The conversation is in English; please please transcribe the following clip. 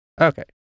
Okay